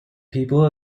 people